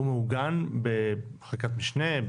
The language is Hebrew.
הוא מעוגן בחקיקת משנה,